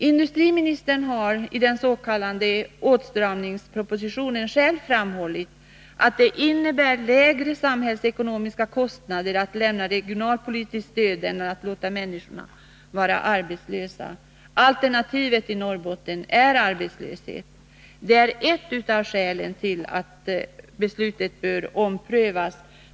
Industriministern har i den s.k. åtstramningspropositionen själv framhållit att det innebär lägre samhällsekonomiska kostnader att lämna regionalpolitiskt stöd än att låta människor vara arbetslösa. Alternativet i Norrbotten är arbetslöshet. Det är ett av skälen till att beslutet bör omprövas.